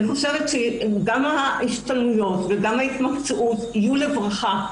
אני חושבת שגם ההשתלמויות וגם ההתמקצעות יהיו לברכה,